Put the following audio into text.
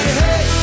hey